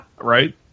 Right